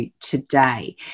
Today